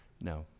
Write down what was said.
No